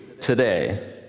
today